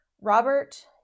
Robert